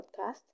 podcast